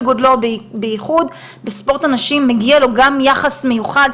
בייחוד בספורט הנשים מגיע לו גם יחס מיוחד.